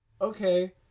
okay